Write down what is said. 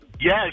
Yes